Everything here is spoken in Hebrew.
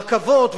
רכבות,